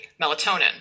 melatonin